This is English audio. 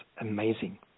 amazing